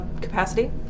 capacity